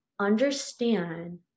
Understand